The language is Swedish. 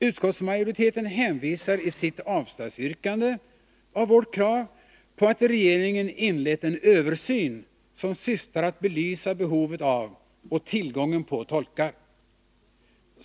Utskottsmajoriteten hänvisar i sitt yrkande om avslag på vårt krav till att regeringen inlett en översyn, som syftar till att belysa behovet av och tillgången på tolkar.